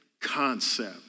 concept